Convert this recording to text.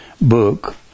book